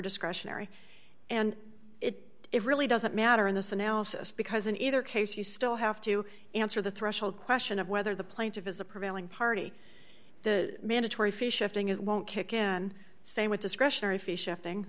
discretionary and it really doesn't matter in this analysis because in either case you still have to answer the threshold question of whether the plaintiff is the prevailing party the mandatory fishing it won't kick in same with discretionary fee shifting